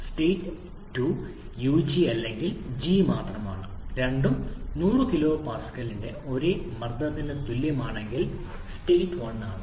state 2 ug അല്ലെങ്കിൽ g മാത്രമാണ് രണ്ടും 100 kPa ന്റെ ഒരേ മർദ്ദത്തിന് തുല്യമാണെങ്കിൽ സ്റ്റേറ്റ് 1 ആണ്